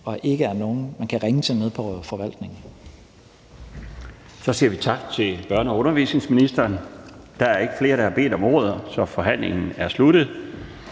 fg. formand (Bjarne Laustsen): Så siger vi tak til børne- og undervisningsministeren. Der er ikke flere, der har bedt om ordet, så forhandlingen er sluttet.